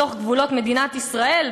בתוך גבולות מדינת ישראל,